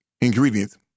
ingredients